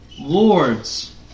Lords